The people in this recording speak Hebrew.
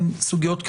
הן סוגיות כבדות.